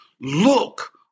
look